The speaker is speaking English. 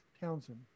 Townsend